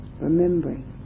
remembering